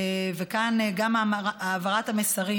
וכאן גם העברת המסרים,